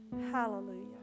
hallelujah